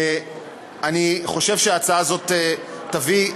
אני חושב שההצעה הזאת תביא,